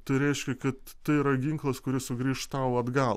tai reiškia kad tai yra ginklas kuris sugrįš tau atgal